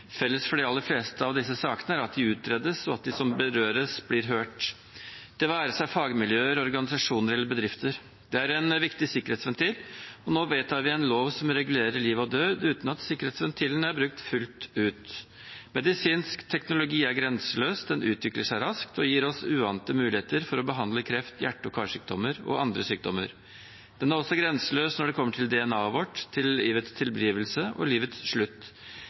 Felles for de aller fleste av disse sakene er at de utredes, og at de som berøres, blir hørt – det være seg fagmiljøer, organisasjoner eller bedrifter. Det er en viktig sikkerhetsventil, og nå vedtar vi en lov som regulerer liv og død, uten at sikkerhetsventilen er brukt fullt ut. Medisinsk teknologi er grenseløs. Den utvikler seg raskt og gir oss uante muligheter for å behandle kreft, hjerte- og karsykdommer og andre sykdommer. Den er også grenseløs når det kommer til DNA-et vårt, til livets tilblivelse og livets slutt.